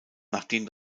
nachdem